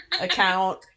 account